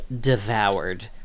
devoured